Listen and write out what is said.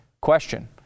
Question